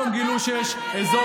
והוא יעביר לך גם את מימון המפלגות.